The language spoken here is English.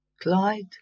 Clyde